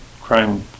crime